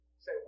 say